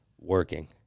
working